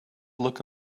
look